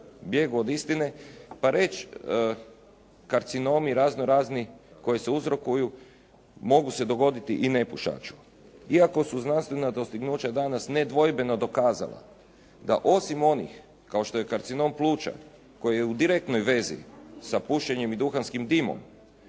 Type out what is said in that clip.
bijegu od istine pa reći karcinomi raznorazni koji se uzrokuju mogu se dogoditi i nepušaču. Iako su znanstvena dostignuća danas nedvojbeno dokazala da osim onih kao što je karcinom pluća koji je u direktnoj vezi sa pušenjem i duhanskim dimom,